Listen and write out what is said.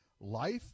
life